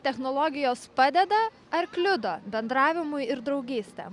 technologijos padeda ar kliudo bendravimui ir draugystėm